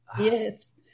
Yes